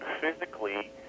physically